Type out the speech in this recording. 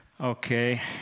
Okay